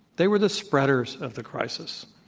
they were the spreaders of the crisis.